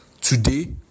today